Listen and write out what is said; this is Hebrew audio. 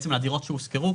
דירות שהושכרו,